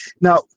Now